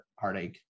heartache